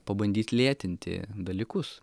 pabandyt lėtinti dalykus